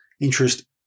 interest